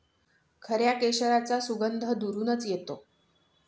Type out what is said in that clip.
खऱ्या केशराचा सुगंध दुरूनच येतो